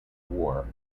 war